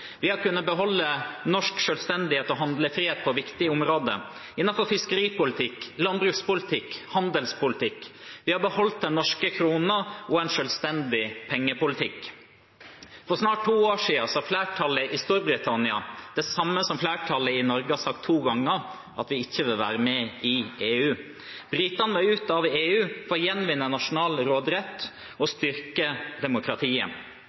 Vi har kunnet beholde norsk selvstendighet og handlefrihet på viktige områder innenfor fiskeripolitikk, landbrukspolitikk og handelspolitikk. Vi har beholdt den norske kronen og en selvstendig pengepolitikk. For snart to år siden sa flertallet i Storbritannia det samme som flertallet i Norge har sagt to ganger, at de ikke ville være med i EU. Britene vil ut av EU for å gjenvinne nasjonal råderett og styrke demokratiet.